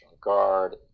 Guard